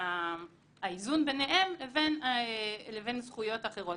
האיזון ביניהם לבין זכויות אחרות,